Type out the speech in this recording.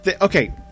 Okay